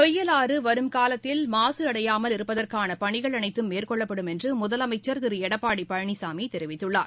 நொய்யல் ஆறு வருங்காலத்தில் மாசு அடையாமல் இருப்பதற்கான பணிகள் அனைத்தும் மேற்கொள்ளப்படும் என்று முதலமைச்சர் திரு எடப்பாடி பழனிசாமி தெரிவித்துள்ளார்